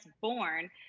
born